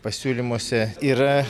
pasiūlymuose yra